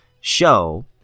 show